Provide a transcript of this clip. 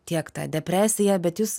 tiek ta depresija bet jūs